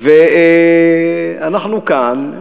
ואנחנו כאן,